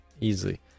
Easily